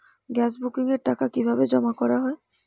Gas বুকিংয়ের টাকা কিভাবে জমা করা হয়?